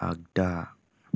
आगदा